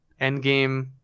Endgame